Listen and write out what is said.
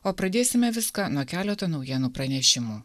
o pradėsime viską nuo keleto naujienų pranešimų